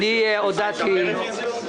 אני מצביע על הפנייה עצמה.